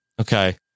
Okay